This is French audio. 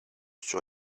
sur